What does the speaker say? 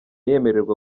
yemererwa